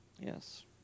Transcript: Yes